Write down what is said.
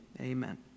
Amen